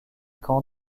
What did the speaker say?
camps